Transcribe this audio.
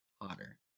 hotter